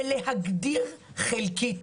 ולהגדיר חלקית